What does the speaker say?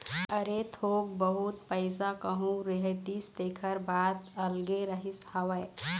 अरे थोक बहुत पइसा कहूँ रहितिस तेखर बात अलगे रहिस हवय